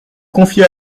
confier